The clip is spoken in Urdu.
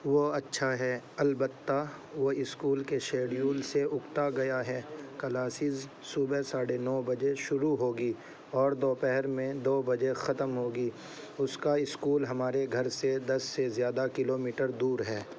وہ اچھا ہے البتہ وہ اسکول کے شیڈول سے اکتا گیا ہے کلاسز صبح ساڑھے نو بجے شروع ہوگی اور دوپہر میں دو بجے ختم ہوگی اس کا اسکول ہمارے گھر سے دس سے زیادہ کلو میٹر دور ہے